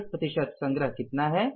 40 प्रतिशत संग्रह कितना है